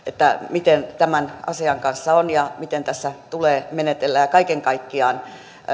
miten tämän asian kanssa on ja miten tässä tulee menetellä kaiken kaikkiaan